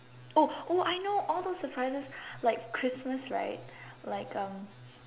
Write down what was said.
oh oh I know all those surprises like Christmas right like um